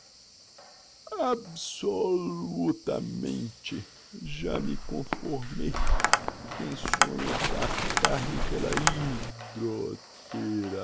abso o lu tamente já me conformei tenciono tratar-me pela hy dro the